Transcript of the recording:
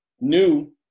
new